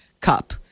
cup